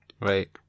Right